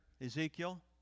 Ezekiel